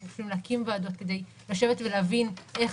אנחנו חושבים להקים ועדות כדי לשבת ולהבין איך